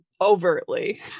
overtly